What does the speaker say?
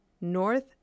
North